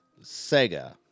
Sega